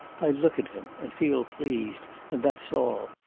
i look at him, and feel pleased, and that's all,